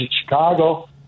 Chicago